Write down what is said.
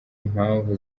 impamvu